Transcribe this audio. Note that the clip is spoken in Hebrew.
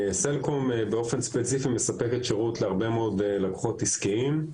סלקום באופן ספציפי מספקת שירות להרבה מאוד לקוחות עסקיים,